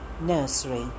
Nursery